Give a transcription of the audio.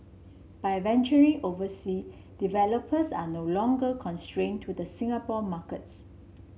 by venturing oversea developers are no longer constrain to the Singapore markets